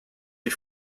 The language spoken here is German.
die